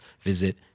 visit